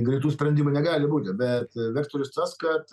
greitų sprendimų negali būti bet vektorius tas kad